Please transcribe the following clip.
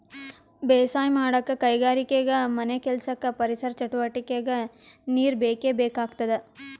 ಬೇಸಾಯ್ ಮಾಡಕ್ಕ್ ಕೈಗಾರಿಕೆಗಾ ಮನೆಕೆಲ್ಸಕ್ಕ ಪರಿಸರ್ ಚಟುವಟಿಗೆಕ್ಕಾ ನೀರ್ ಬೇಕೇ ಬೇಕಾಗ್ತದ